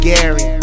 Gary